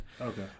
Okay